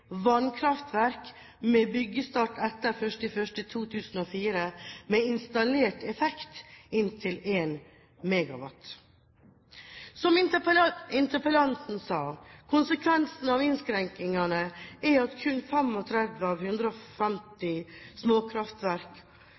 med byggestart etter 1.1.2004, og installert effekt inntil 1 MW». Som interpellanten sa, er konsekvensen av innskrenkningen at kun 35 av 150 småkraftverk